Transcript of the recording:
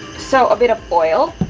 so a bit of oil